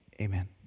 amen